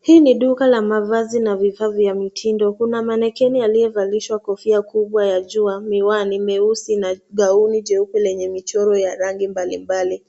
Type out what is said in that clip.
Hii ni duka la mavazi na vifaa vya mitindo. Kuna manekeni aliyevalishwa kofia kubwa ya jua miwani meusi na gauni jeupe lenye michoro ya rangi mbalimbali.